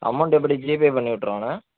amount எப்படி GPay பண்ணிவிட்றவாண்ண